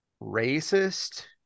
racist